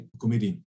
committee